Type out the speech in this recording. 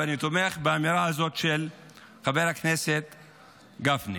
ואני תומך באמירה הזאת של חבר הכנסת גפני.